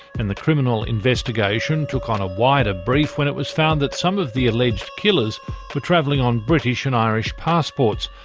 and the criminal investigation took on a wider brief when it was found that some of the alleged killers were travelling on british and irish passports.